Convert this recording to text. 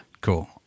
Cool